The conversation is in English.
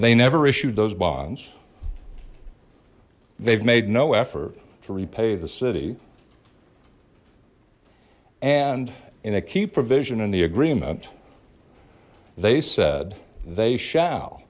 they never issued those bonds they've made no effort to repay the city and in a key provision in the agreement they said they shall